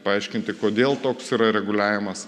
paaiškinti kodėl toks yra reguliavimas